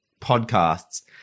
podcasts